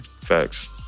Facts